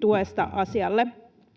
tuesta asialle.